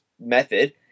method